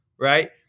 Right